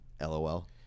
lol